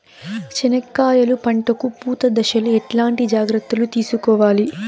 చెనక్కాయలు పంట కు పూత దశలో ఎట్లాంటి జాగ్రత్తలు తీసుకోవాలి?